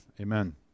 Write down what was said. amen